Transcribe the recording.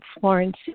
Florence